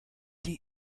die